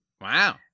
Wow